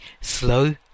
slow